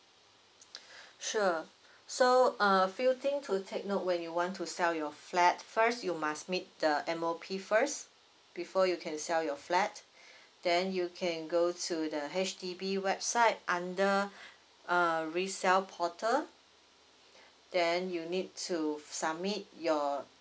sure so a few thing to take note when you want to sell your flat first you must meet the M_O_P first before you can sell your flat then you can go to the H_D_B website under uh resell portal then you need to submit your